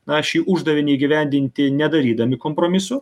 na šį uždavinį įgyvendinti nedarydami kompromisų